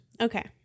Okay